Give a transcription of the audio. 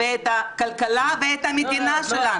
את הכלכלה ואת המדינה שלנו.